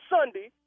Sunday